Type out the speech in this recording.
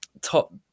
Top